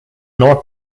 nor